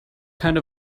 kind